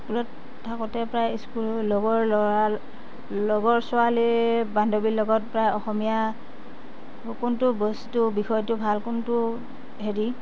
স্কুলত থাকোঁতে প্ৰায় লগৰ ল'ৰা লগৰ ছোৱালী বান্ধৱীৰ লগত প্ৰায় অসমীয়া কোনটো বস্তু বিষয়টো ভাল কোনটো হেৰি